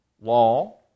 law